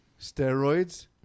steroids